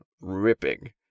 ripping